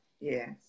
Yes